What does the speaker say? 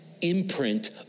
imprint